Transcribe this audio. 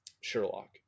Sherlock